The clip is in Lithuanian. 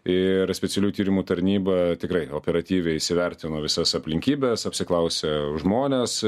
ir specialiųjų tyrimų tarnyba tikrai operatyviai įsivertino visas aplinkybes apsiklausė žmones